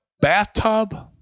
bathtub